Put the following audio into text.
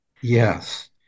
Yes